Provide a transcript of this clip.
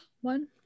One